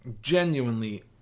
Genuinely